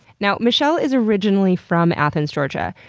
now, michelle is originally from athens, georgia,